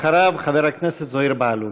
אחריו, חבר הכנסת זוהיר בהלול.